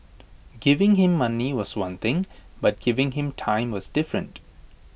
giving him money was one thing but giving him time was different